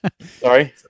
Sorry